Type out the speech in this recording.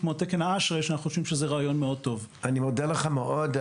אני מודה לך מאוד.